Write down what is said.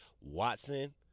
Watson